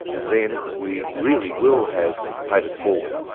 then we really will have paid it forward!